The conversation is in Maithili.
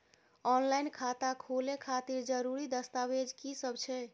ऑनलाइन खाता खोले खातिर जरुरी दस्तावेज की सब छै?